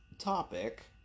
topic